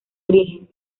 origen